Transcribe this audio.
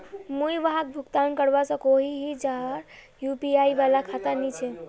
मुई वहाक भुगतान करवा सकोहो ही जहार यु.पी.आई वाला खाता नी छे?